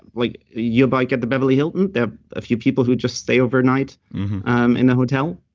like your bike at the beverly hill, there are a few people who just stay overnight um in the hotel,